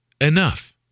enough